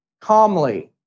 calmly